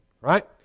Right